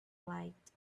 light